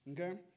Okay